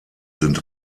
sind